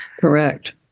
Correct